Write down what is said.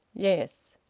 yes.